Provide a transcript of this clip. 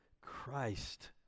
Christ